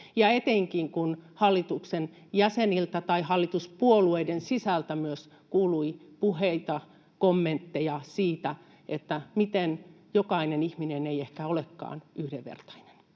etenkin, kun myös hallituksen jäseniltä tai hallituspuolueiden sisältä kuului puheita, kommentteja siitä, miten jokainen ihminen ei ehkä olekaan yhdenvertainen.